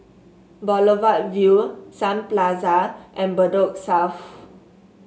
Boulevard Vue Sun Plaza and Bedok South